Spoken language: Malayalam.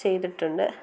ചെയ്തിട്ടുണ്ട്